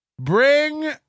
Bring